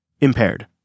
impaired